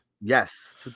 Yes